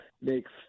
makes